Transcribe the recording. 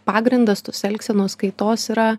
pagrindas tos elgsenos kaitos yra